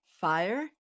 fire